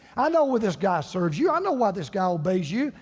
i know why this guy serves you. i know why this guy obeys you.